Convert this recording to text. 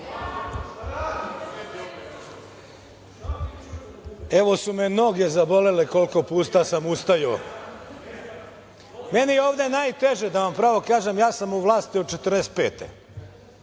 Noge su me zabolele koliko puta sam ustajao. Meni je ovde najteže, da vam pravo kažem. Ja sam u vlasti od 1945.